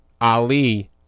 Ali